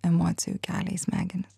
emocijų kelia į smegenis